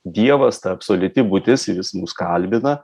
dievas ta absoliuti būtis jis mus kalbina